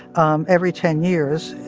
um every ten years,